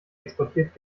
exportiert